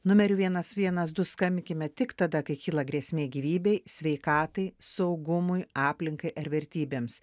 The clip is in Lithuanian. numeriu vienas vienas du skambinkime tik tada kai kyla grėsmė gyvybei sveikatai saugumui aplinkai ar vertybėms